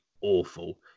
awful